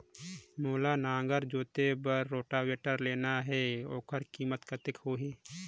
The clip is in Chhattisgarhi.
मोला नागर जोते बार रोटावेटर लेना हे ओकर कीमत कतेक होही?